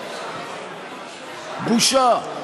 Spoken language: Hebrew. בושה.